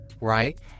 Right